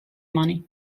money